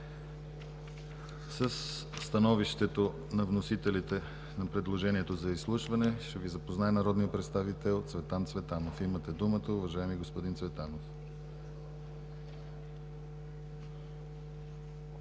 Със становището на вносителите на предложението за изслушване ще Ви запознае народният представител Цветан Цветанов. Имате думата, уважаеми господин Цветанов.